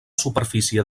superfície